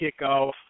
kickoff